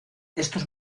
estos